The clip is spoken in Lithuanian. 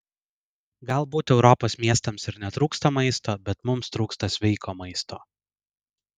galbūt europos miestams ir netrūksta maisto bet mums trūksta sveiko maisto